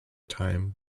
time